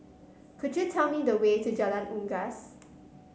could you tell me the way to Jalan Unggas